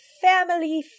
family